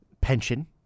pension